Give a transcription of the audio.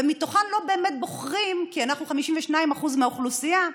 ולא באמת בוחרים אותן, כי אנחנו 52% מהאוכלוסייה,